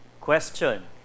Question